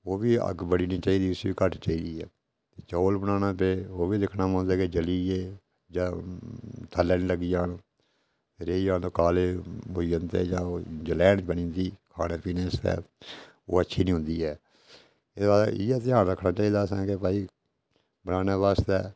ओह् बी अग्ग बड़ी नी चाहिदी उस्सी बी घट्ट चाहिदी ऐ चौल बनाना पे ओह् बी दिक्खना पौंदे कि जलियै जां थल्लैं नी लगी जान रेई जान तां काले होई जंदे जां जलैढ़ बनी जंदी खानै पीनै आस्तै ओह् अच्छी नी होंदी ऐ एह्दे बाद इ'यै ध्यान रखना चाहिदा अ'सें भाई